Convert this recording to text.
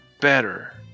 better